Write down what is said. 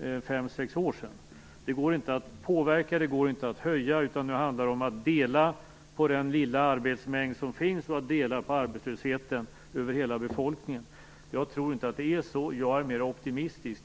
5-6 år sedan. Det går inte att påverka mängden. Det går inte att öka den. Nu handlar det i stället om att dela på den lilla arbetsmängd som finns. Det handlar om att hela befolkningen skall dela på arbetslösheten. Jag tror inte att det är så. Jag är mer optimistisk.